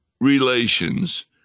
relations